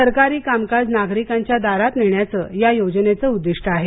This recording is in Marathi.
सरकारी कामकाज नागरिकांच्या दारात नेण्याचं या योजनेचं उद्दिष्ट आहे